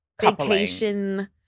Vacation